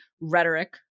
rhetoric